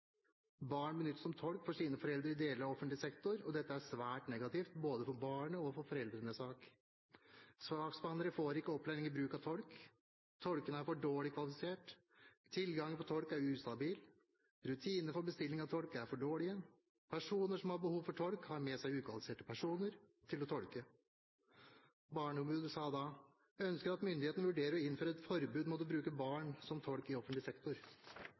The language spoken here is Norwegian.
Barn benyttes som tolk for sine foreldre i deler av offentlig sektor, og dette er svært negativt både for barnet og for foreldrenes sak. Saksbehandlere får ikke opplæring i bruk av tolk. Tolkene er for dårlig kvalifisert. Tilgangen på tolk er ustabil. Rutinene for bestilling av tolk er for dårlige. Personer som har behov for tolk, har med seg ukvalifiserte personer til å tolke. Barneombudet skrev: «Barneombudet ønsker at myndighetene vurderer å innføre et forbud mot å bruke barn som tolk i offentlig sektor.